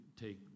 take